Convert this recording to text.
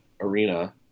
arena